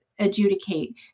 adjudicate